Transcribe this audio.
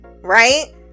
right